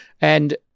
And-